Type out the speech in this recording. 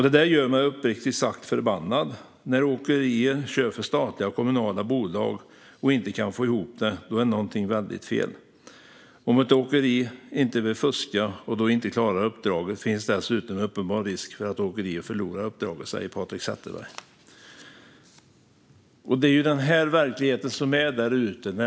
"Detta gör mig uppriktigt sagt förbannad. När åkerier kör för statliga och kommunala bolag och inte kan få ihop det, då är något väldigt fel. Om ett åkeri inte vill fuska och då inte klarar uppdraget, finns dessutom en uppenbar risk att åkeriet förlorar uppdraget, säger Patrik Zetterberg." Det är denna verklighet som är där ute.